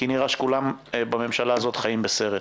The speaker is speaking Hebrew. כי נראה לי שכולם בממשלה הזו חיים בסרט.